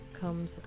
comes